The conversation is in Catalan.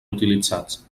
utilitzats